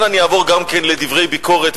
כאן אני אעבור גם כן לדברי ביקורת,